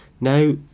Now